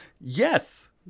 Yes